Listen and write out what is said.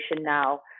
now